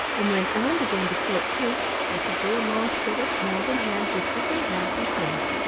and when ellen began to float too, they could go along together hand in hand just as they had before.